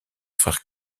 frère